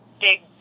big